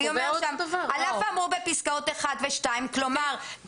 ושם נאמר ש"על אף האמור בפסקאות (1) ו-(2)" כלומר,